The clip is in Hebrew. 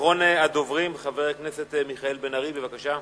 אחרון הדוברים, חבר הכנסת מיכאל בן-ארי, בבקשה.